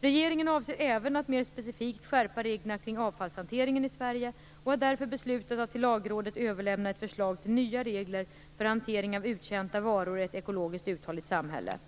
Regeringen avser även att mer specifikt skärpa reglerna kring avfallshanteringen i Sverige och har därför beslutat att till Lagrådet överlämna ett förslag till nya regler för hantering av uttjänta varor i ett ekologiskt uthålligt samhälle.